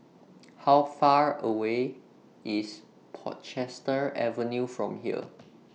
How Far away IS Portchester Avenue from here